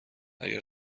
اگر